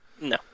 No